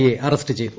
A arrest ചെയ്തു